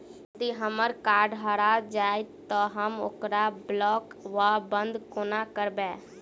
यदि हम्मर कार्ड हरा जाइत तऽ हम ओकरा ब्लॉक वा बंद कोना करेबै?